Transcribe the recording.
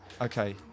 Okay